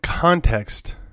Context